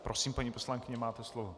Prosím, paní poslankyně, máte slovo.